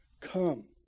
Come